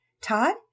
Todd